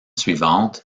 suivantes